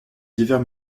divers